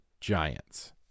Giants